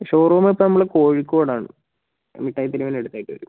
showroom ഇപ്പം നമ്മള് കോഴിക്കോട് ആണ് അത് ടൈപ്പിൻ്റ ഒര് അടുത്ത് ആയിട്ട് വരും